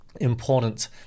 important